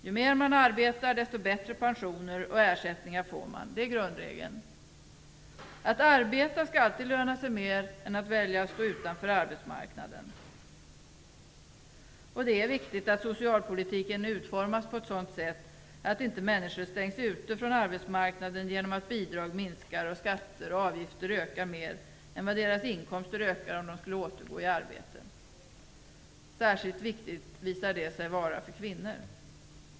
Ju mera man arbetar, desto bättre pensioner och ersättningar får man. Det är grundregeln. Att arbeta skall alltid löna sig mer än att välja att stå utanför arbetsmarknaden. Det är viktigt att socialpolitiken utformas på ett sådant sätt att människor inte stängs ute från arbetsmarknaden genom att bidrag minskar och skatter och avgifter ökar mer än vad deras inkomster ökar om de skulle återgå i arbete. Särskilt viktigt visar det sig vara för kvinnor.